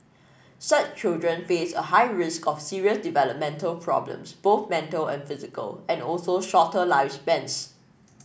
such children face a high risk of serious developmental problems both mental and physical and also shorter lifespans